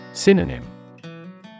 Synonym